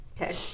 Okay